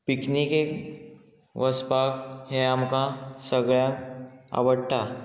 पिकनिकेक वचपाक हें आमकां सगळ्यांक आवडटा